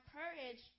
courage